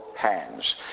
hands